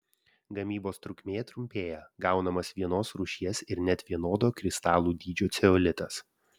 gamybos trukmė trumpėja gaunamas vienos rūšies ir net vienodo kristalų dydžio ceolitas